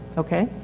okay.